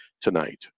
tonight